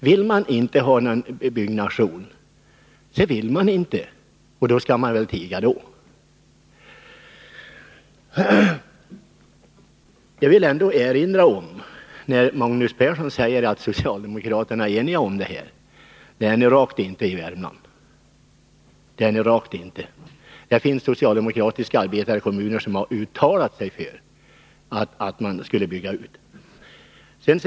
Vill man inte ha någon byggnation så vill man inte, och då skall man väl tiga. Magnus Persson säger att socialdemokraterna är eniga i den här frågan. Det är ni rakt inte! Det finns socialdemokratiska arbetarekommuner i Värmland som har uttalat sig för att man skall bygga ut Kymmen.